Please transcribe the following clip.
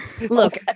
Look